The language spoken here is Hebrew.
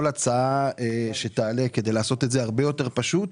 הצעה שתעלה כדי לעשות את זה הרבה יותר פשוט.